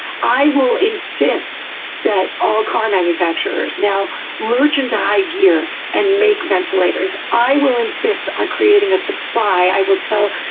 i will insist that all car manufacturers now lurch into high gear and make ventilators. i will insist on creating a supply. i will tell,